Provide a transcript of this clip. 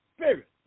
Spirit